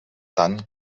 tant